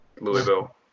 Louisville